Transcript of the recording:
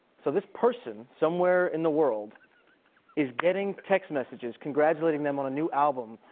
so, this person somewhere in the world is getting text messages congratulating them on a new album.